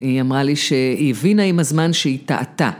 היא אמרה לי שהיא הבינה עם הזמן שהיא טעתה.